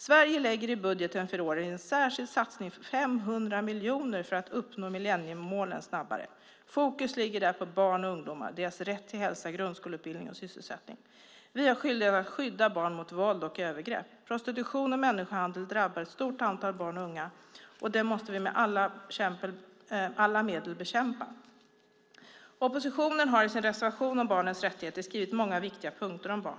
Sverige lägger i budgeten för i år en särskild satsning på 500 miljoner för att uppnå millenniemålen snabbare. Fokus ligger där på barn och ungdomar, deras rätt till hälsa, grundskoleutbildning och sysselsättning. Vi är skyldiga att skydda barn mot våld och övergrepp. Prostitution och människohandel drabbar ett stort antal barn och unga, och det måste vi med alla medel bekämpa. Oppositionen har i sin reservation om barnets rättigheter skrivit in många viktiga punkter om barn.